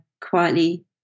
quietly